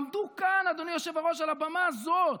עמדו כאן, אדוני היושב-ראש, על הבמה הזאת,